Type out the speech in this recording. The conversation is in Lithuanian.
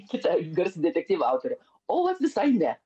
kita garsi detektyvų autorė o vat visai ne